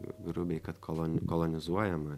grubiai kad kolon kolonizuojama